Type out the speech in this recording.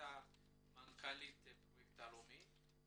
שהייתה מנכ"לית הפרויקט הלאומי.